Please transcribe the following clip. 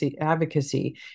advocacy